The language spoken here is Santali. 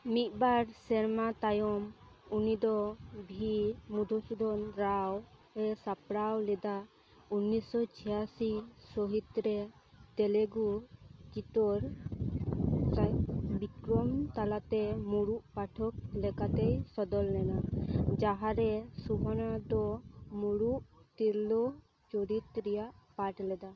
ᱢᱤᱫ ᱵᱟᱨ ᱥᱮᱨᱢᱟ ᱛᱟᱭᱚᱢ ᱩᱱᱤ ᱫᱚ ᱵᱷᱤ ᱢᱚᱫᱷᱩᱥᱚᱫᱚᱱ ᱨᱟᱣ ᱮ ᱥᱟᱯᱲᱟᱣ ᱞᱮᱫᱟ ᱩᱱᱤᱥᱥᱚ ᱪᱷᱤᱭᱟᱥᱤ ᱥᱟᱹᱦᱤᱛ ᱨᱮ ᱛᱮᱞᱮᱜᱩ ᱪᱤᱛᱟᱹᱨ ᱯᱨᱟᱭ ᱵᱤᱠᱨᱚᱢ ᱛᱟᱞᱟ ᱛᱮ ᱢᱩᱲᱩᱫ ᱯᱟᱴᱷᱚᱠ ᱞᱮᱠᱟᱛᱮᱧ ᱥᱚᱫᱚᱨ ᱞᱮᱱᱟ ᱡᱟᱦᱟᱸᱨᱮ ᱥᱳᱵᱷᱱᱟ ᱫᱚ ᱢᱩᱲᱩᱫ ᱛᱤᱨᱞᱟᱹ ᱪᱩᱨᱤᱛ ᱨᱮᱭ ᱯᱟᱴᱷ ᱞᱮᱫᱟ